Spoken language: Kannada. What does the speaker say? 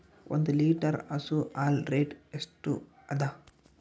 ಒಂದ್ ಲೀಟರ್ ಹಸು ಹಾಲ್ ರೇಟ್ ಎಷ್ಟ ಅದ?